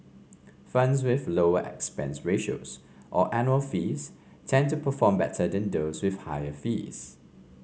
funds with lower expense ratios or annual fees tend to perform better than those with higher fees